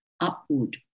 upward